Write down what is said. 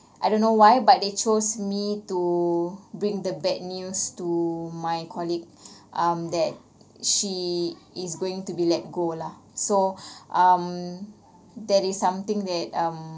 I don't know why but they chose me to bring the bad news to my colleague um that she is going to be let go lah so um that is something that um